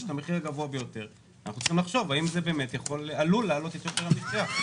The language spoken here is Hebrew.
הגבוה ביותר עלול להעלות את יוקר המחייה?